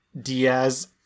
Diaz